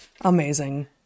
Amazing